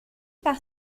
par